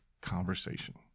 conversation